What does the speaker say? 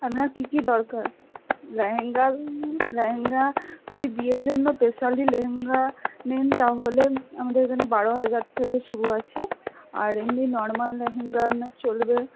আপনার কী কী দরকার লেহেঙ্গা লেহেঙ্গা যদি বিয়ের জন্য স্পেশালি লেহেঙ্গা নেন তাহলে আমাদের এখানে বারো হাজার থেকে শুরু আছে আর এমনি নর্মাল লেহেঙ্গা আপনার চলবে